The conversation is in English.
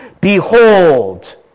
Behold